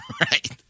Right